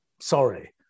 Sorry